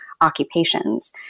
occupations